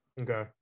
Okay